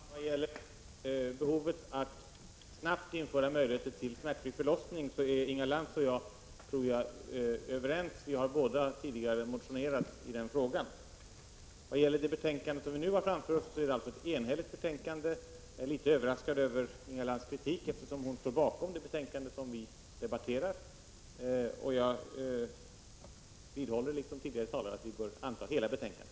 Fru talman! Vad gäller behovet av att snabbt införa möjligheter till smärtfri förlossning, så tror jag att Inga Lantz och jag är överens. Vi har tidigare båda motionerat i denna fråga. Det betänkande vi nu har framför oss är ju ett enhälligt betänkande. Jag är litet överraskad över Inga Lantz kritik, eftersom hon står bakom detta betänkande, och jag vidhåller liksom tidigare talare att vi bör anta hela betänkandet.